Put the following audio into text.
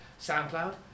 SoundCloud